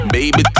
Baby